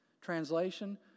Translation